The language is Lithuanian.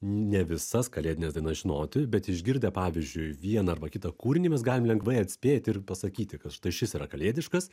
ne visas kalėdines dainas žinoti bet išgirdę pavyzdžiui vieną arba kitą kūrinį mes galim lengvai atspėti ir pasakyti kad štai šis yra kalėdiškas